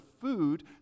food